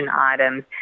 items